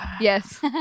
yes